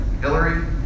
Hillary